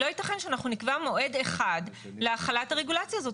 לא יתכן שאנחנו נקבע מועד אחד להחלת הרגולציה הזאת.